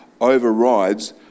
overrides